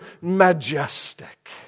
Majestic